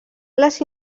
les